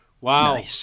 wow